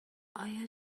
آیا